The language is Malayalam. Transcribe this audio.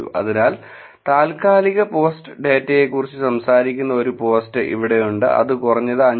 അതിനാൽ താൽക്കാലിക ഡാറ്റയെക്കുറിച്ച് സംസാരിക്കുന്ന ഒരു പോസ്റ്റ് ഇവിടെയുണ്ട് അത് കുറഞ്ഞത് 5